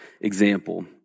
example